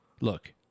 look